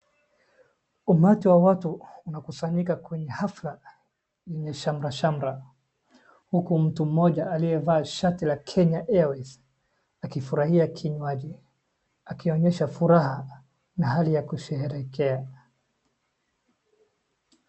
Umati wa watu unakusanyika kwenye hafla yenye shamrashamra uku mtu mmoja aliyevaa shati la Kenya Airways akifurahia kinywaji akionyesha furaha na hali ya kusherehekea.